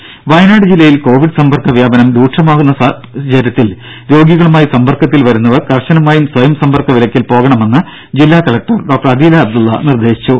ദേദ വയനാട് ജില്ലയിൽ കോവിഡ് സമ്പർക്ക വ്യാപനം രൂക്ഷമാകുന്ന പശ്ചാത്തലത്തിൽ രോഗികളുമായി സമ്പർക്കത്തിൽ വരുന്നവർ കർശനമായും സ്വയം സമ്പർക്ക വിലക്കിൽ പോകണമെന്ന് ജില്ലാ കലക്ടർ ഡോക്ടർ അദീല അബ്ദുള്ള നിർദ്ദേശിച്ചു